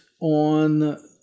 on